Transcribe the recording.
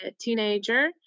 teenager